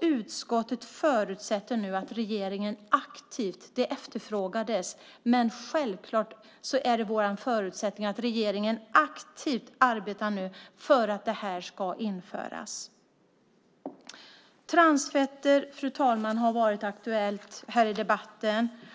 Utskottet förutsätter nu att regeringen aktivt - det efterfrågades - arbetar för att det här ska införas. Fru talman! Transfetter har varit aktuella här i debatten.